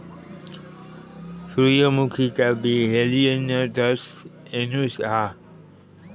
सूर्यमुखीचा बी हेलियनथस एनुस हा